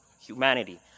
humanity